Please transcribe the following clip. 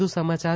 વધુ સમાચાર